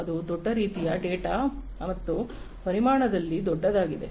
ಇದು ದೊಡ್ಡ ರೀತಿಯ ಡೇಟಾ ಮತ್ತು ಪರಿಮಾಣದಲ್ಲಿ ದೊಡ್ಡದಾಗಿದೆ